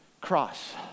Cross